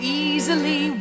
easily